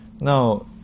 now